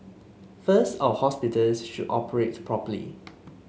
first our hospitals should operate properly